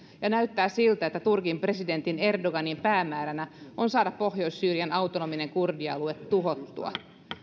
ja näyttää siltä että turkin presidentti erdoganin päämääränä on saada pohjois syyrian autonominen kurdialue tuhottua